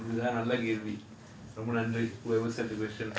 இது தான் நல்ல கேள்வி ரொம்ப நன்றி:ithu thaan nalla kelvi romba nandri whoever set the question